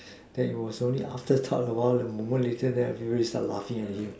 that was only after part awhile then everybody start laughing